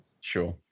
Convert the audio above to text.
sure